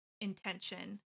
intention